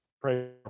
pray